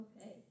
Okay